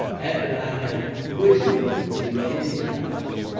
after i had quitted the india house,